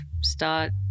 start